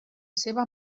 seva